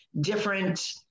different